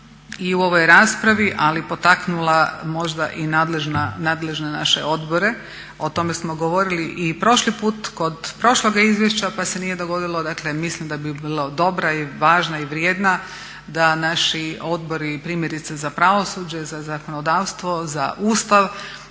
i u ovoj raspravi, ali potaknula možda i nadležne naše odbore, o tome smo govorili i prošli put kod prošloga izvješća pa se nije dogodilo, dakle mislim da bi bilo dobra i važna i vrijedna da naši odbori, primjerice za pravosuđe, za zakonodavstvo, za Ustav